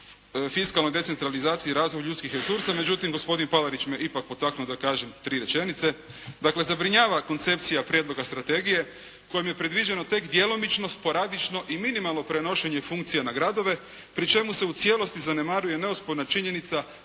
fiskalnoj decentralizaciji i razvoju ljudskih resursa. Međutim, gospodin Palarić me ipak potaknuo da kažem tri rečenice. Dakle, zabrinjava koncepcija prijedloga strategije kojom je predviđeno tek djelomično, sporadično i minimalno prenošenje funkcija na gradove pri čemu se u cijelosti zanemaruje neosporna činjenica